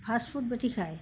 fast food বেশি খায়